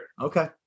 Okay